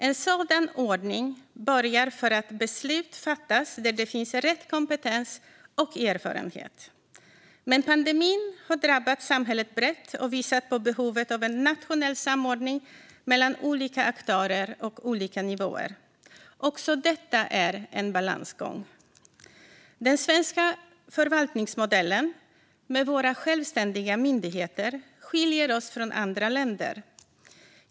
En sådan ordning borgar för att beslut fattas där det finns rätt kompetens och erfarenhet. Men pandemin har drabbat samhället brett och visat på behovet av en nationell samordning mellan olika aktörer och olika nivåer. Också detta är en balansgång. Gransknings-betänkande våren 2021Inledning Den svenska förvaltningsmodellen, med våra självständiga myndigheter, skiljer oss från andra länder.